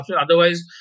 otherwise